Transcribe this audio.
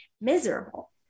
miserable